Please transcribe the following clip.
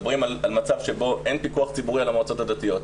מדברים על מצב שבו אין פיקוח ציבורי על המועצות הדתיות.